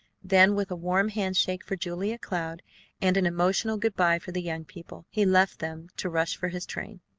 then, with a warm hand-shake for julia cloud and an emotional good-by for the young people, he left them to rush for his train.